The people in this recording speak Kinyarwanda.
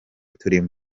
turimo